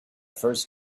first